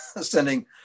sending